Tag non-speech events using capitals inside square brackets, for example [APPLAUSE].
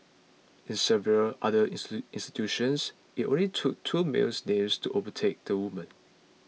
in several other [UNINTELLIGIBLE] institutions it only took two males names to overtake the women